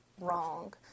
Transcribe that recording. wrong